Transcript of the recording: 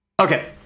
Okay